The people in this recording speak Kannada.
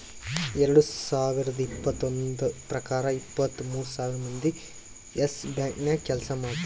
ಎರಡು ಸಾವಿರದ್ ಇಪ್ಪತ್ತೊಂದು ಪ್ರಕಾರ ಇಪ್ಪತ್ತು ಮೂರ್ ಸಾವಿರ್ ಮಂದಿ ಯೆಸ್ ಬ್ಯಾಂಕ್ ನಾಗ್ ಕೆಲ್ಸಾ ಮಾಡ್ತಾರ್